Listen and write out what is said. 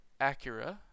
Acura